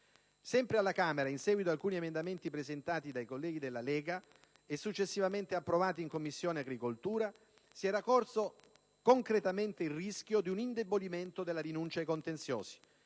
Sempre alla Camera, in seguito ad alcuni emendamenti presentati dai deputati della Lega e successivamente approvati in Commissione agricoltura, si era corso concretamente il rischio di un indebolimento della rinuncia ai contenziosi.